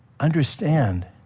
Understand